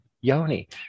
Yoni